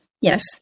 yes